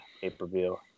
pay-per-view